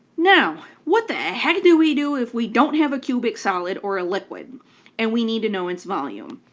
now what the heck do we do if we don't have a cubic solid or a liquid and we need to know its volume?